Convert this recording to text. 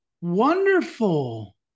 Wonderful